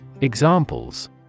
Examples